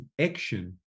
action